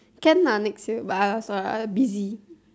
can ah next year but I was like I busy